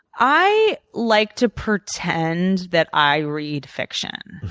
i like to pretend that i read fiction,